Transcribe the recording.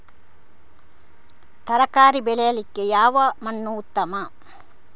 ತರಕಾರಿ ಬೆಳೆಯಲಿಕ್ಕೆ ಯಾವ ಮಣ್ಣು ಉತ್ತಮ?